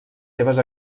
seves